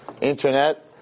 internet